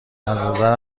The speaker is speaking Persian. ازنظر